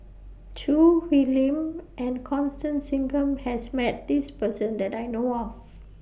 Choo Hwee Lim and Constance Singam has Met This Person that I know of